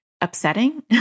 upsetting